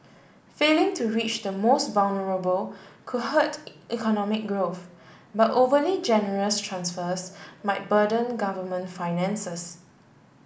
failing to reach the most vulnerable could hurt economic growth but overly generous transfers might burden government finances